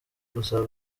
gusa